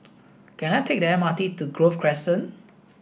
can I take the M R T to Grove Crescent